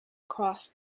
across